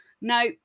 no